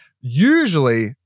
usually